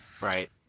Right